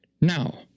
Now